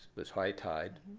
was high tide.